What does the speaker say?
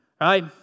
right